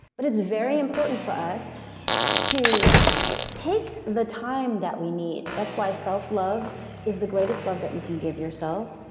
but it's very important for us to take the time that we need. that's why self-love is the greatest love that you can give yourself.